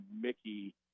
Mickey